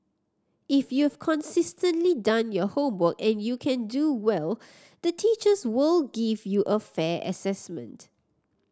if you've consistently done your homework and you can do well the teachers will give you a fair assessment